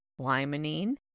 limonene